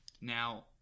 Now